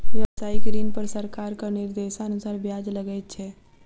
व्यवसायिक ऋण पर सरकारक निर्देशानुसार ब्याज लगैत छै